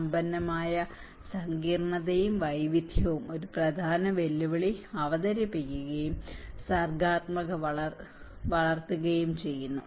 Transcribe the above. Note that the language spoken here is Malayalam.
സമ്പന്നമായ സങ്കീർണ്ണതയും വൈവിധ്യവും ഒരു പ്രധാന വെല്ലുവിളി അവതരിപ്പിക്കുകയും സർഗ്ഗാത്മകത വളർത്തുകയും ചെയ്യുന്നു